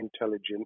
intelligent